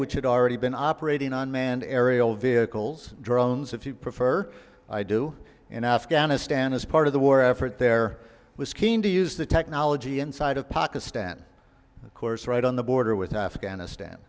had already been operating on manned aerial vehicles drones if you prefer i do in afghanistan as part of the war effort there was keen to use the technology inside of pakistan of course right on the border with afghanistan